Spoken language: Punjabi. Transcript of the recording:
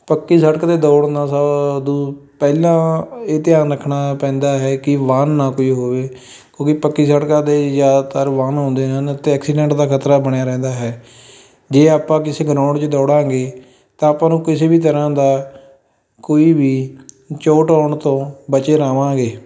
ਪੱਕੀ ਸੜਕ 'ਤੇ ਦੌੜਨਾ ਪਹਿਲਾਂ ਇਹ ਧਿਆਨ ਰੱਖਣਾ ਪੈਂਦਾ ਹੈ ਕਿ ਵਾਹਨ ਨਾ ਕੋਈ ਹੋਵੇ ਕਿਉਂਕਿ ਪੱਕੀ ਸੜਕਾਂ 'ਤੇ ਜ਼ਿਆਦਾਤਰ ਵਾਹਨ ਆਉਂਦੇ ਹਨ ਅਤੇ ਐਕਸੀਡੈਂਟ ਦਾ ਖਤਰਾ ਬਣਿਆ ਰਹਿੰਦਾ ਹੈ ਜੇ ਆਪਾਂ ਕਿਸੇ ਗਰਾਊਂਡ 'ਚ ਦੌੜਾਂਗੇ ਤਾਂ ਆਪਾਂ ਨੂੰ ਕਿਸੇ ਵੀ ਤਰ੍ਹਾਂ ਦਾ ਕੋਈ ਵੀ ਚੋਟ ਆਉਣ ਤੋਂ ਬਚੇ ਰਹਾਂਗੇ